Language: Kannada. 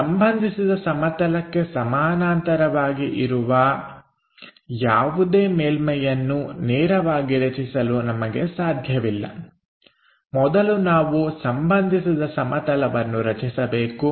ಸಂಬಂಧಿಸಿದ ಸಮತಲಕ್ಕೆ ಸಮಾನಾಂತರವಾಗಿ ಇರುವ ಯಾವುದೇ ಮೇಲ್ಮೈಯನ್ನು ನೇರವಾಗಿ ರಚಿಸಲು ನಮಗೆ ಸಾಧ್ಯವಿಲ್ಲ ಮೊದಲು ನಾವು ಸಂಬಂಧಿಸಿದ ಸಮತಲವನ್ನು ರಚಿಸಬೇಕು